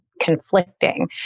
conflicting